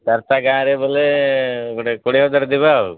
ଚାରିଟା ଗାଁର ବୋଲେ ଗୋଟେ କୋଡ଼ିଏ ହଜାର ଦେବେ ଆଉ